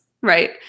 right